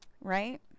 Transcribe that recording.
Right